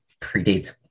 predates